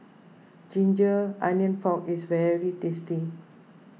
Ginger Onions Pork is very tasty